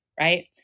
right